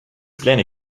pläne